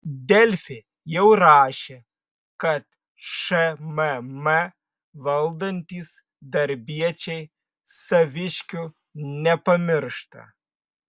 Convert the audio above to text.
delfi jau rašė kad šmm valdantys darbiečiai saviškių nepamiršta